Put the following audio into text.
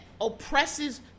oppresses